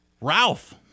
Ralph